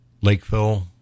lakeville